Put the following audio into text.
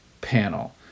panel